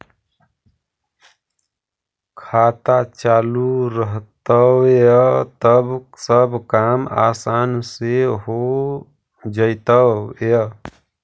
खाता चालु रहतैय तब सब काम आसान से हो जैतैय?